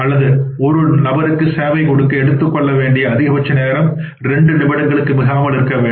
அதாவது ஒரு நபருக்கு சேவை கொடுக்க எடுத்துக்கொள்ள வேண்டிய நேரம் 2 நிமிடங்களுக்கு மிகாமல் இருக்க வேண்டும்